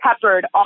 peppered